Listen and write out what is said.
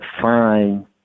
fine